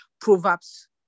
Proverbs